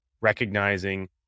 recognizing